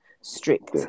strict